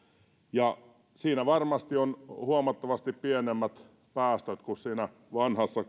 laitteen ja siinä varmasti on huomattavasti pienemmät päästöt kuin siinä vanhassa